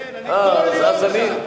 כן, אני כל יום שם.